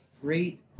great